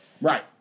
Right